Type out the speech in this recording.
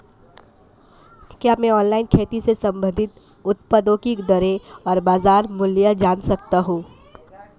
क्या मैं ऑनलाइन खेती से संबंधित उत्पादों की दरें और बाज़ार मूल्य जान सकता हूँ?